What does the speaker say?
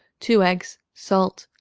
two eggs, salt,